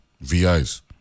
VIs